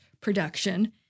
production